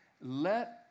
let